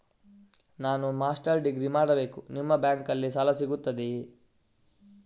ನಾನು master degree ಮಾಡಬೇಕು, ನಿಮ್ಮ ಬ್ಯಾಂಕಲ್ಲಿ ಸಾಲ ಸಿಗುತ್ತದೆಯೇ?